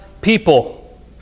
people